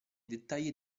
dettagli